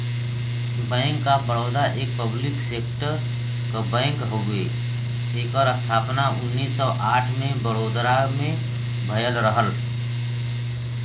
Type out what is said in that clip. bank of Baroda एक public sector क bank हउवे एकर स्थापना उन्नीस सौ आठ में बड़ोदरा में भयल रहल